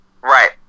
Right